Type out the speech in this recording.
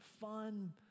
fun